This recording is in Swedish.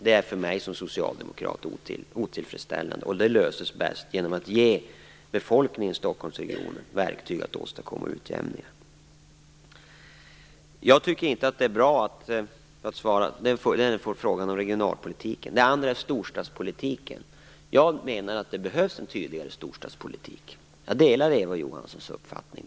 Det är för mig som socialdemokrat otillfredsställande, och problemet löses bäst genom att vi ger befolkningen i Stockholmsregionen verktyg för att åstadkomma utjämningen. Detta var svaret på frågan om regionalpolitiken. Den andra gällde storstadspolitiken. Jag menar att det behövs en tydligare storstadspolitik. Jag delar därvidlag Eva Johanssons uppfattning.